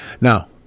Now